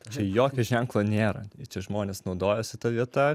čia jokio ženklo nėra ir čia žmonės naudojosi ta vieta